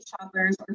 shoppers